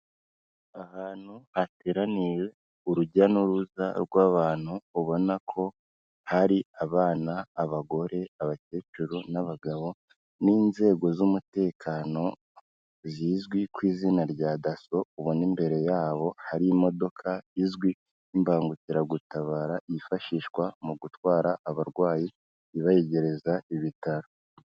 Ahantu hateraniye urujya n'uruza rw'abantu ubona ko hari abana, abagore, abakecuru n'abagabo n'inzego z'umutekano zizwi ku izina rya Dasso, ubona imbere yabo hari imodoka izwi nk'imbangukiragutabara yifashishwa mu gutwara abarwayi ibegereza ibitaro.